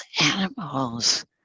animals